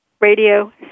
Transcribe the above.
Radio